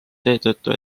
seetõttu